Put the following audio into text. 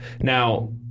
Now